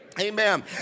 Amen